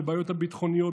בבעיות הביטחוניות,